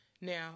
Now